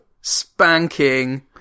spanking